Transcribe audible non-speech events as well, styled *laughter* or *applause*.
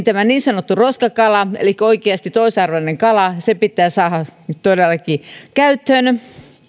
*unintelligible* tämä niin sanottu roskakala elikkä oikeasti toisarvoinen kala pitää saada todellakin käyttöön